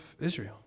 Israel